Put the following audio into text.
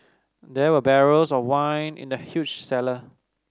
there were barrels of wine in the huge cellar